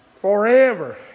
Forever